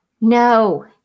No